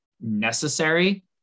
necessary